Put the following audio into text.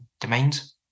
domains